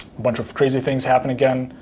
bunch of crazy things happen again.